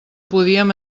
podíem